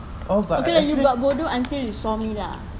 okay lah you buat bodoh until you saw me lah